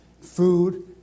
food